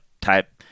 type